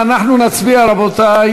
חברי הכנסת איימן עודה,